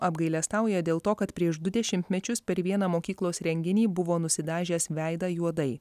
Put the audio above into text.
apgailestauja dėl to kad prieš du dešimtmečius per vieną mokyklos renginį buvo nusidažęs veidą juodai